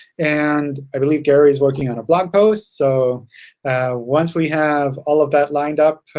and i believe gary is working on a blog post. so once we have all of that lined up,